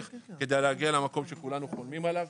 כדי להגיע למקום שכולנו חולמים עליו.